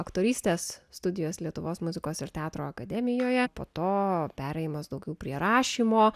aktorystės studijos lietuvos muzikos ir teatro akademijoje po to perėjimas daugiau prie rašymo